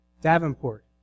Davenport